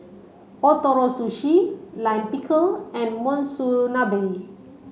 Ootoro Sushi Lime Pickle and Monsunabe